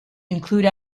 include